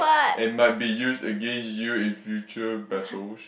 and might be used against you if you choose battles